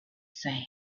same